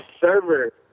server